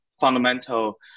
fundamental